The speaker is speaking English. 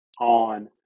on